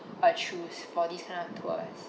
will choose for this kind of tours